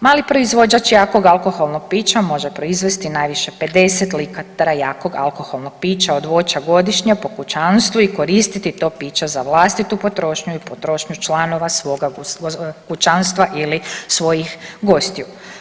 Mali proizvođač jakog alkoholnog pića može proizvesti najviše 50 litara jakog alkoholnog pića od voća godišnje po kućanstvu i koristiti to piće za vlastitu potrošnju i potrošnju članova svoga kućanstva ili svojih gostiju.